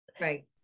Right